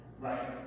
right